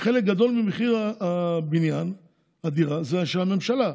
שחלק גדול ממחיר הבניין, הדירה, זה של הממשלה.